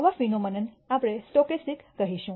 આવા ફિનોમનન આપણે સ્ટોકેસ્ટિક કહીશું